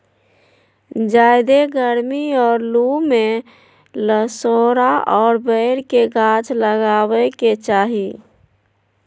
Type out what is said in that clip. ज्यादे गरमी और लू में लसोड़ा और बैर के गाछ लगावे के चाही